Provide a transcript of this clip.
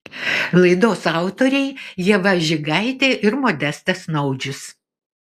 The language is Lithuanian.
laidos autoriai ieva žigaitė ir modestas naudžius